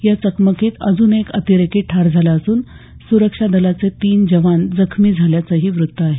या चकमकीत अजून एक अतिरेकी ठार झाला असून सुरक्षा दलाचे तीन जवान जखमी झाल्याचंही वृत्त आहे